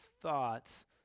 thoughts